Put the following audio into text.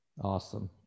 awesome